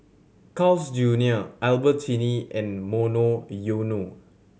Carl's Junior Albertini and Monoyono